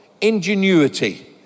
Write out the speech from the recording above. ingenuity